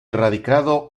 radicado